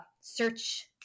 search